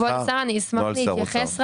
כבוד השר, אני אשמח להתייחס.